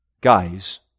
guys